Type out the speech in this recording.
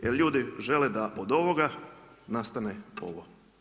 Jer ljudi žele da od ovoga nastane ovo.